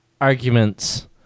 arguments